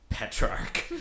Petrarch